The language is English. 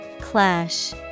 Clash